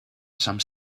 some